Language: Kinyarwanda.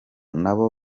nabo